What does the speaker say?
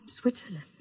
Switzerland